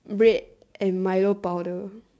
bread and milo powder